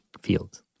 fields